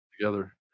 together